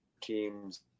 team's